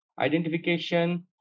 identification